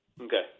Okay